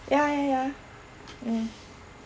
ya ya ya mm